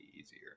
easier